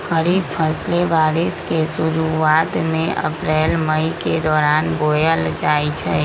खरीफ फसलें बारिश के शुरूवात में अप्रैल मई के दौरान बोयल जाई छई